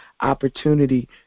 opportunity